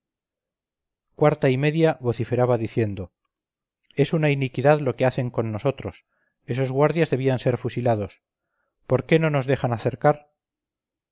cuarta y media vociferaba diciendo es una iniquidad lo que hacen con nosotros esos guardias debían ser fusilados por qué no nos dejan acercar